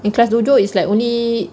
class dojo is like only